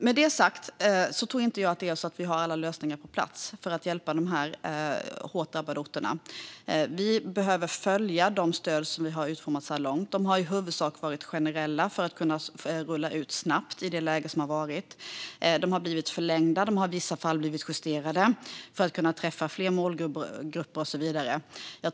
Med detta sagt tror jag inte att vi har alla lösningar på plats för att hjälpa de hårt drabbade orterna. Vi behöver följa de stöd som vi har utformat så här långt. De har i huvudsak varit generella för att kunna rullas ut snabbt i det rådande läget. De har blivit förlängda, och de har i vissa fall justerats för att kunna träffa fler målgrupper och så vidare.